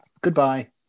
Goodbye